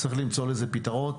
צריך למצוא לזה פתרון,